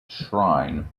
shrine